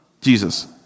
Jesus